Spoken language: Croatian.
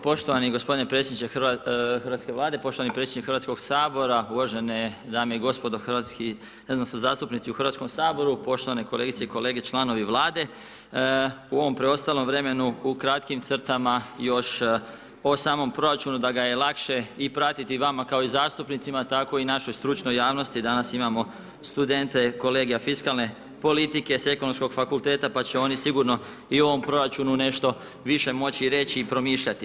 Poštovani gospodine predsjedniče Hrvatske vlade, poštovani predsjedniče Hrvatskog sabora, uvažene dame i gospodo hrvatski, zastupnici u Hrvatskom saboru, poštovane kolegice i kolege članovi Vlade u ovom preostalom vremenu u kratkim crtama još o samom proračunu da ga je lakše i pratiti i vama kao i zastupnicima tako i našoj stručnoj javnosti, danas imamo studente kolege fiskalne politike s Ekonomskog fakulteta pa će oni sigurno i o ovom proračunu nešto više moći reći i promišljati.